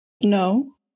No